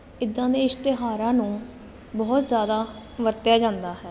ਇੱਦਾਂ ਦੇ ਇਸ਼ਤਿਹਾਰਾਂ ਨੂੰ ਬਹੁਤ ਜ਼ਿਆਦਾ ਵਰਤਿਆ ਜਾਂਦਾ ਹੈ